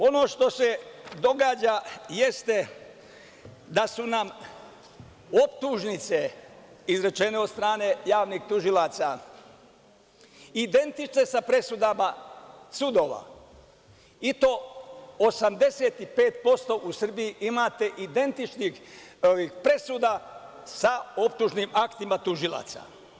Ono što se događa jeste da su nam optužnice izrečene od strane javnih tužilaca identične sa presudama sudova, i to 85% u Srbiji imate identičnih presuda sa optužnim aktima tužilaca.